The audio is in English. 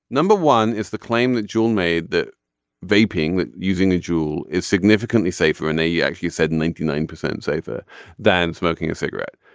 number one is the claim that joel made the vaping using a jewel is significantly safer and they yeah actually said ninety nine percent is safer than smoking a cigarette.